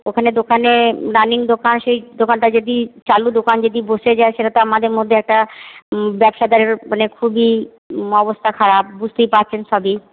ওখানে দোকানে রানিং দোকান সেই দোকানটা যদি চালু দোকান যদি বসে যায় সেটা তো আমাদের মধ্যে একটা ব্যবসাদারের মানে খুবই অবস্থা খারাপ বুঝতেই পারছেন সবই